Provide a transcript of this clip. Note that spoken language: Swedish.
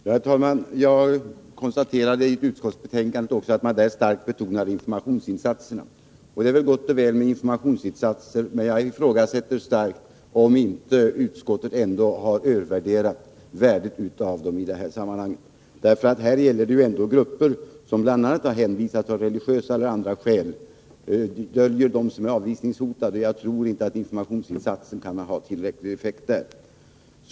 Herr talman! Jag konstaterar att man också i utskottsbetänkandet starkt betonar informationsinsatserna. Det är gott och väl med information, men jag ifrågasätter starkt om utskottet ändå inte har övervärderat betydelsen av information i detta sammanhang. Här gäller det ju grupper som av religiösa eller andra skäl döljer dem som är avvisningshotade. Jag tror inte att informationsinsatser kan ha tillräcklig effekt i sådana fall.